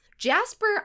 Jasper